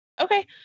Okay